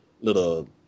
little